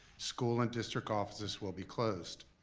school and district offices will be closed.